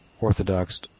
orthodox